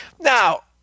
Now